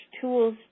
tools